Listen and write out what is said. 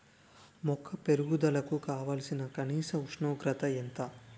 మొక్క పెరుగుదలకు కావాల్సిన కనీస ఉష్ణోగ్రత ఎంత?